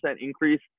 increase